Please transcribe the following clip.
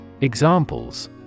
Examples